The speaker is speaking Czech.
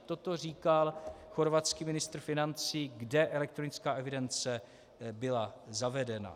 Toto říkal chorvatský ministr financí, kde elektronická evidence byla zavedena.